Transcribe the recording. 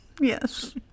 Yes